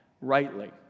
rightly